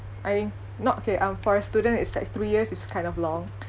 I think not okay um for a student it's like three years is kind of long